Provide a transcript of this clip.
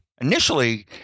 Initially